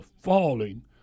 falling